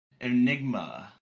Enigma